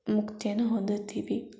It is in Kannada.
ಮುಕ್ತಿಯನ್ನು ಹೊಂದುತ್ತೀವಿ